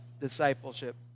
discipleship